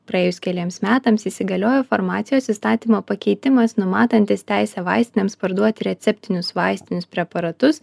praėjus keliems metams įsigaliojo farmacijos įstatymo pakeitimas numatantis teisę vaistinėms parduoti receptinius vaistinius preparatus